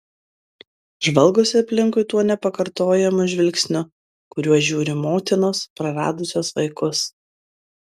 žvalgosi aplinkui tuo nepakartojamu žvilgsniu kuriuo žiūri motinos praradusios vaikus